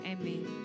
Amen